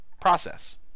process